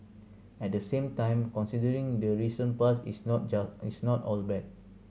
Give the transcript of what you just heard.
at the same time considering the recent past it's not it's not all bad